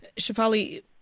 Shafali